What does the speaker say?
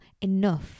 enough